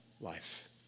life